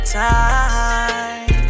time